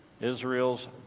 Israel's